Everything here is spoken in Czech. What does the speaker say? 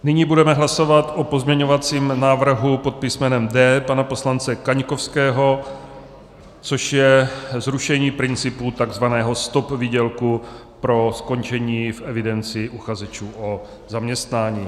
Nyní budeme hlasovat o pozměňovacím návrhu pod písmenem D poslance Kaňkovského, což je zrušení principu takzvaného stop výdělku pro skončení v evidenci uchazečů o zaměstnání.